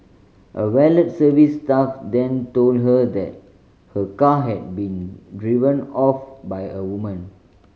a valet service staff then told her that her car had been driven off by a woman